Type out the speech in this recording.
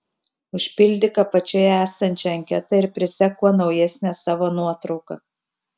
užpildyk apačioje esančią anketą ir prisek kuo naujesnę savo nuotrauką